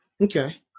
Okay